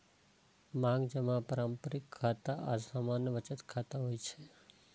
मांग जमा पारंपरिक खाता आ सामान्य बचत खाता होइ छै